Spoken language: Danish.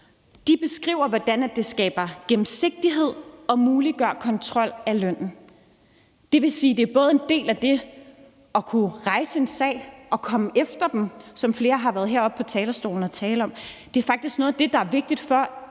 De beskriver, hvordan det skaber gennemsigtighed og muliggør kontrol af lønnen. Det vil sige, at det både er en del af det at kunne rejse en sag og komme efter dem, som flere har været heroppe på talerstolen og tale om, og det er faktisk noget af det, det er vigtigt for,